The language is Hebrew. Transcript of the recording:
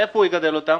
איפה יגדל אותן?